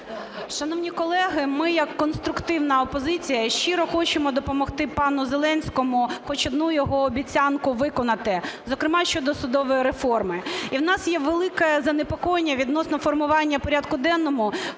Шановні колеги, ми як конструктивна опозиція щиро хочемо допомогти пану Зеленському хоч одну його обіцянку виконати, зокрема щодо судової реформи. І у нас є велике занепокоєння відносно формування порядку денного,